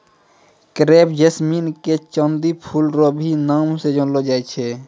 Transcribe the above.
crepe jasmine के चांदनी फूल रो भी नाम से जानलो जाय छै